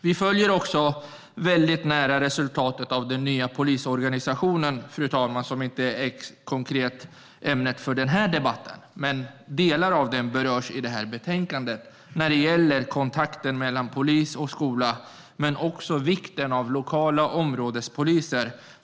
Vi följer också noga resultatet av den nya polisorganisationen. Den är inte ämnet för denna debatt, men delar av den berörs i betänkandet. Det gäller kontakten mellan polis och skola och vikten av lokala områdespoliser.